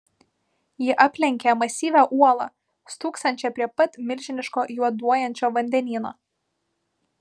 ji aplenkė masyvią uolą stūksančią prie pat milžiniško juoduojančio vandenyno